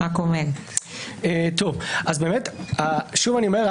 שוב אני אומר,